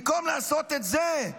במקום לעשות את זה.